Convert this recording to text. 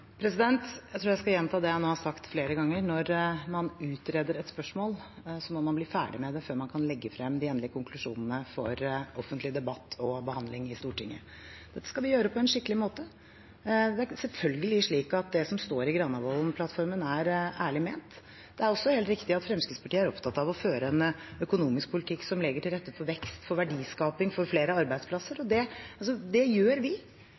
Jeg tror jeg skal gjenta det jeg nå har sagt flere ganger: Når man utreder et spørsmål, må man bli ferdig med det arbeidet før man kan legge frem de endelige konklusjonene for offentlig debatt og behandling i Stortinget. Dette skal vi gjøre på en skikkelig måte. Det som står i Granavolden-plattformen, er selvfølgelig ærlig ment. Det er også helt riktig at Fremskrittspartiet er opptatt av å føre en økonomisk politikk som legger til rette for vekst, verdiskaping og flere arbeidsplasser. Det gjør vi gjennom å redusere skatter og avgifter, noe som styrker verdiskapingen. Det gjør vi